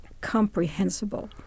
comprehensible